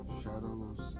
shadows